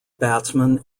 batsman